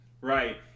right